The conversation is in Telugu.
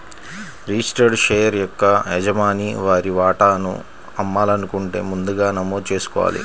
రిజిస్టర్డ్ షేర్ యొక్క యజమాని వారి వాటాను అమ్మాలనుకుంటే ముందుగా నమోదు చేసుకోవాలి